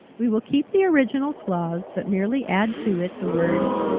we will keep the original clause but merely add to it the words,